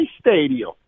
Stadium